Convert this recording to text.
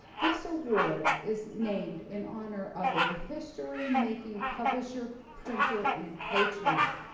this award is made in honor of a history making publisher, printer and patriot,